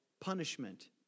punishment